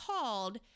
called